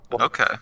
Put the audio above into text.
Okay